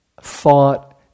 thought